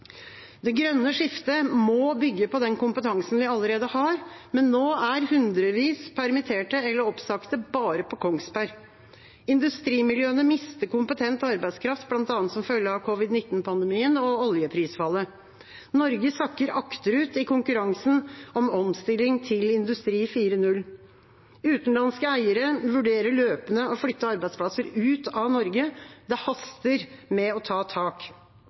Det grønne skiftet må bygge på den kompetansen vi allerede har, men nå er hundrevis permittert eller oppsagt bare på Kongsberg. Industrimiljøene mister kompetent arbeidskraft, bl.a. som følge av covid-19-pandemien og oljeprisfallet. Norge sakker akterut i konkurransen om omstilling til industri 4.0. Utenlandske eiere vurderer løpende å flytte arbeidsplasser ut av Norge. Det haster med å ta tak.